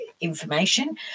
information